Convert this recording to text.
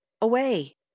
away